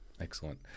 Excellent